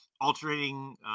alternating